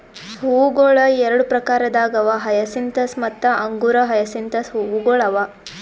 ಹೂವುಗೊಳ್ ಎರಡು ಪ್ರಕಾರದಾಗ್ ಅವಾ ಹಯಸಿಂತಸ್ ಮತ್ತ ಅಂಗುರ ಹಯಸಿಂತ್ ಹೂವುಗೊಳ್ ಅವಾ